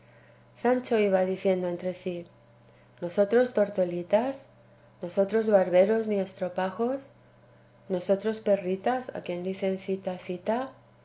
sancho iba diciendo entre sí nosotros tortolitas nosotros barberos ni estropajos nosotros perritas a quien dicen cita cita